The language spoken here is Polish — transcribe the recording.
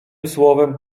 słowem